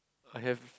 I have